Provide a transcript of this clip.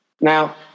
Now